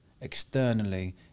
externally